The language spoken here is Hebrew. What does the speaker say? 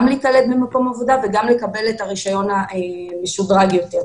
להיקלט במקום עבודה וגם לקבל את הרישיון המשודרג יותר.